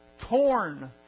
torn